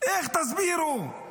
איך תסבירו?